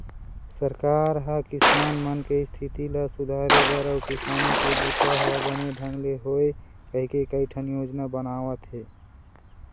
सरकार ह किसान मन के इस्थिति ल सुधारे बर अउ किसानी के बूता ह बने ढंग ले होवय कहिके कइठन योजना बनावत हे